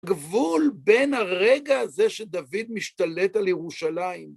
גבול בין הרגע הזה שדוד משתלט על ירושלים.